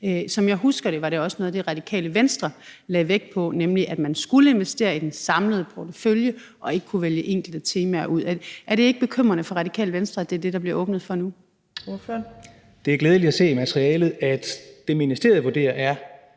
Som jeg husker det, var det også noget af det, som Radikale Venstre lagde vægt på, nemlig at man skulle investere i den samlede portefølje og ikke kunne vælge enkelte temaer ud. Er det ikke bekymrende for Radikale Venstre, at det er det, der bliver åbnet for nu? Kl. 18:42 Fjerde næstformand (Trine Torp): Ordføreren.